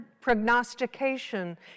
prognostication